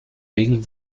wegen